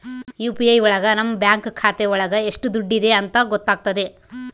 UPI ಒಳಗ ನಮ್ bank ಖಾತೆ ಒಳಗ ಎಷ್ಟ್ ದುಡ್ಡಿದೆ ಅಂತ ಗೊತ್ತಾಗ್ತದೆ